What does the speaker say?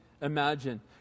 imagine